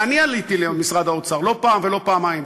ואני עליתי למשרד האוצר לא פעם ולא פעמיים,